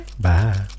Bye